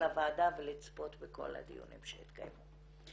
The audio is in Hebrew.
לוועדה ולצפות בכל הדיונים שהתקיימו.